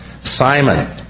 Simon